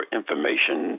information